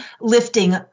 lifting